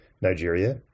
Nigeria